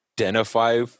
identify